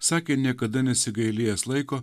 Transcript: sakė niekada nesigailėjęs laiko